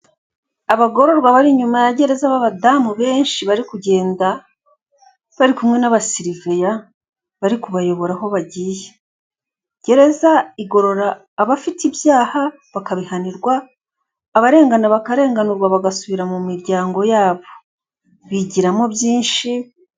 Abagororwa bari inyuma ya gereza b'abadamu benshi bari kugenda bari kumwe n'abasiriviya bari kubayobora aho bagiye gereza. Gereza igorora abafite ibyaha bakabihanirwa abarengana bakarenganurwa bagasubira mu miryango yabo, bigiramo byinshi.